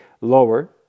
lower